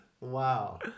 Wow